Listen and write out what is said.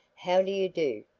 how do you do,